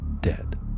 dead